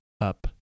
up